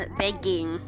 begging